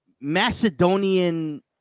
Macedonian